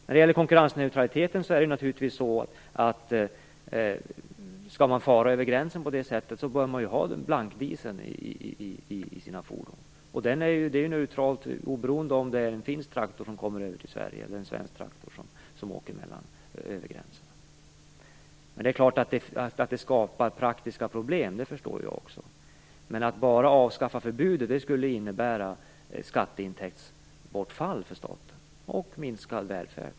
När det gäller konkurrensneutraliteten är det naturligtvis så att man bör ha blankdiesel i sina fordon om man skall fara över gränsen på det här sättet. Det gäller oberoende av om det är en finsk eller en svensk traktor som åker över gränsen. Det är klart att det här skapar praktiska problem, det förstår ju jag också. Men att bara avskaffa förbudet skulle innebära skatteintäktsbortfall för staten - och minskad välfärd.